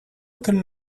turn